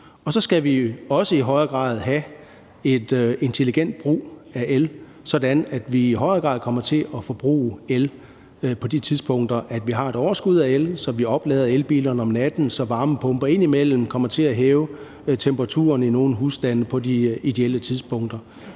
Og så skal vi også i højere grad have en intelligent brug af el, sådan at vi i højere grad kommer til at forbruge el på de tidspunkter, hvor vi har et overskud af el, så vi oplader elbilerne om natten, så varmepumper indimellem kommer til at hæve temperaturen i nogle husstande på de ideelle tidspunkter.